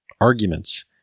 arguments